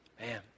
Man